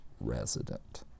resident